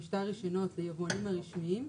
במשטר רישיונות של יבואנים הרשמיים,